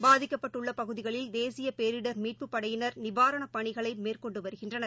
பாதிக்கப்பட்டுள்ள பகுதிகளில் தேசிய பேரிடர் மீட்புப் படையினர் நிவாரண பணிகளை மேற்கொண்டு வருகின்றனர்